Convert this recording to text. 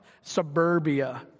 suburbia